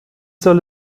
soll